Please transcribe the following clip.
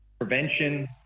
Prevention